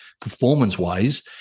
performance-wise